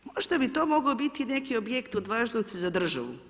Možda bi to moglo biti neki objekt od važnosti za državu.